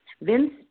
Vince